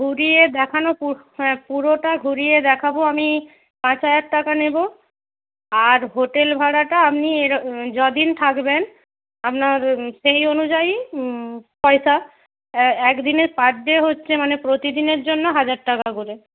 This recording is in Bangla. ঘুরিয়ে দেখানো হ্যাঁ পুরোটা ঘুরিয়ে দেখাব আমি পাঁচ হাজার টাকা নেব আর হোটেল ভাড়াটা আপনি যদিন থাকবেন আপনার সেই অনুযায়ী পয়সা এক দিনের পার ডে হচ্ছে মানে প্রতিদিনের জন্য হাজার টাকা করে